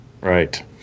Right